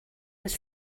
was